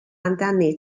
amdani